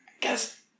guess